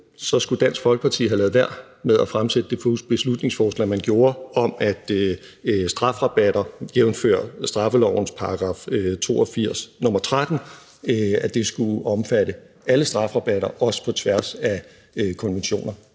skulle Dansk Folkeparti have ladet være med at fremsætte det beslutningsforslag, man gjorde, om, at strafrabatter, jævnfør straffelovens § 82, nr. 13, skulle omfatte alle strafrabatter, også på tværs af konventioner.